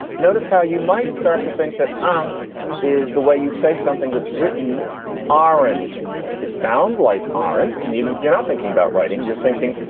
notice how you might start to think that art is the way you say something that's written r and it sounds like r. and and you know, if you're not thinking about writing, you're thinking,